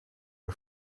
our